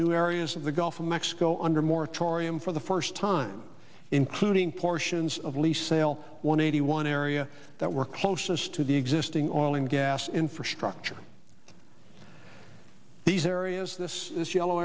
new areas of the gulf of mexico under moratorium for the first time including portions of lease sale one eighty one area that were closest to the existing oil and gas infrastructure these areas this is yellow